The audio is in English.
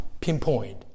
pinpoint